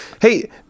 Hey